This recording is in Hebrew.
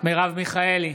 מרב מיכאלי,